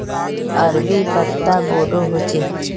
अरबी पत्ता बोडो होचे